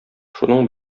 шуның